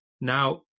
Now